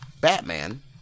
Batman